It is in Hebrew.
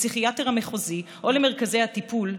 לפסיכיאטר המחוזי או למרכזי הטיפול,